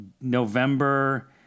November